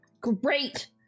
Great